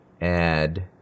add